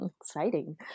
exciting